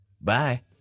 Bye